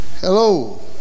hello